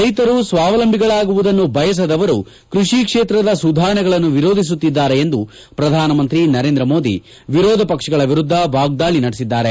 ರೈತರು ಸ್ವಾವಲಂಬಿಗಳಾಗುವುದನ್ನು ಬಯಸದವರು ಕೃಷಿ ಕ್ಷೇತ್ರದ ಸುಧಾರಣೆಗಳನ್ನು ವಿರೋಧಿಸುತ್ತಿದ್ದಾರೆ ಎಂದು ಪ್ರಧಾನಮಂತ್ರಿ ನರೇಂದ್ರಮೋದಿ ವಿರೋಧಪಕ್ಷಗಳ ವಿರುದ್ದ ವಾಗ್ದಾಳಿ ನಡೆಸಿದ್ದಾರೆ